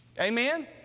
Amen